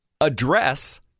address